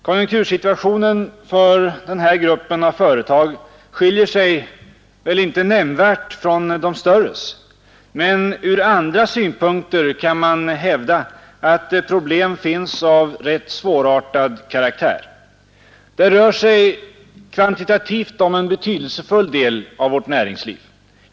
Konjunktursituationen för den här gruppen av företag skiljer sig väl inte nämnvärt från de störres, men ur andra synpunkter kan man hävda att problem finns av rätt svårartad karaktär. Det rör sig kvantitativt om en betydelsefull del av vårt näringsliv.